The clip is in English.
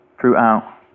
throughout